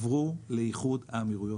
עברו לאיחוד האמירויות.